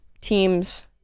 teams